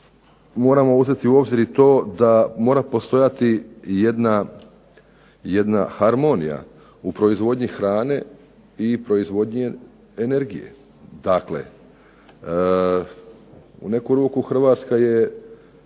moramo uzeti u obzir i to da mora postojati jedna harmonija u proizvodnji hrane i proizvodnji energije. Dakle, u neku ruku Hrvatska je